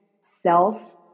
self